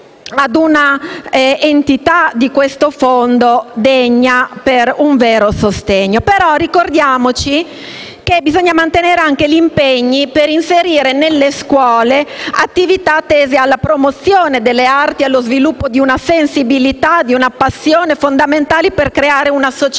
ha un'entità tale da poter costituire un vero sostegno. Però ricordiamoci che bisogna mantenere anche gli impegni per inserire nelle scuole attività tese alla promozione delle arti e allo sviluppo di una sensibilità e di una passione che sono fondamentali per creare una società